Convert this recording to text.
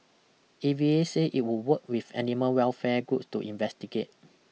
A V A said it would work with animal welfare groups to investigate